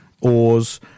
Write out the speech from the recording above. oars